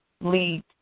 lead